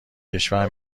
کشور